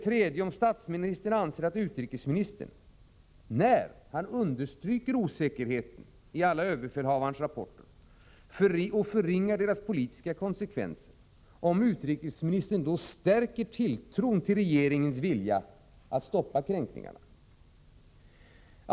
Anser statsministern att utrikesministern, när han understryker osäkerheten i alla överbefälhavarens rapporter och förringar deras politiska konsekvenser, stärker tilltron till regeringens vilja att stoppa kränkningarna? 4.